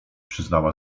przyznała